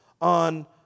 on